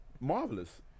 marvelous